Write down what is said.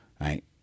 right